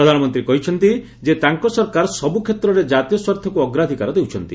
ପ୍ରଧାନମନ୍ତ୍ରୀ କହିଛନ୍ତି ଯେ ତାଙ୍କ ସରକାର ସବୁ କ୍ଷେତ୍ରରେ ଜାତୀୟ ସ୍ୱାର୍ଥକୁ ଅଗ୍ରାଧିକାର ଦେଉଛନ୍ତି